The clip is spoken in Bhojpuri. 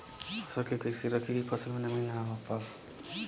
फसल के कैसे रखे की फसल में नमी ना आवा पाव?